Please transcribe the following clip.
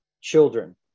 children